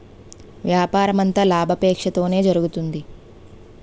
వ్యాపారమంతా లాభాపేక్షతోనే జరుగుతుంది